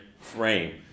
frame